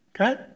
okay